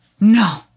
No